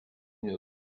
بودند